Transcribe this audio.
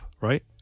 right